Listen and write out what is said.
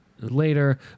later